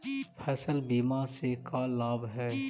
फसल बीमा से का लाभ है?